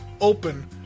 open